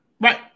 Right